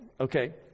Okay